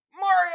Mario